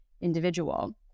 individual